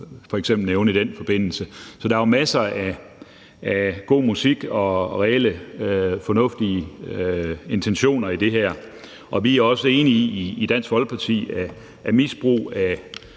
f.eks. nævne i den forbindelse. Så der er jo masser af god musik og reelle fornuftige intentioner i det her. Og vi er også i Dansk Folkeparti enige i, at